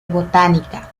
botánica